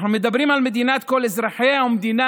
החוקים האלה מדברים על מדינת כל אזרחיה ועל מדינה